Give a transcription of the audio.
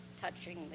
touching